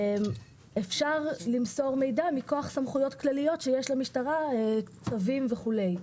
אפשר למסור מידע מכוח סמכויות כלליות שיש למשטרה לצווים וכולי.